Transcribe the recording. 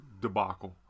debacle